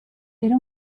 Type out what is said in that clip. era